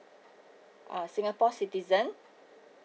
ah singapore citizen